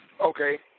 Okay